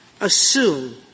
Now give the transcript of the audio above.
Assume